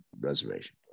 reservation